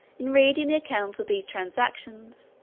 in reading the accounts of these transactions,